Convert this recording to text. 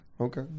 Okay